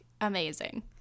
amazing